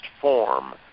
form